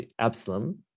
Absalom